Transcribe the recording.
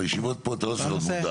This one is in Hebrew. בישיבות פה אתה לא צריך להיות מודאג,